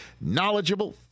knowledgeable